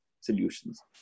solutions